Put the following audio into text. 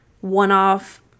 one-off